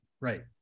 Right